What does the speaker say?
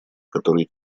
который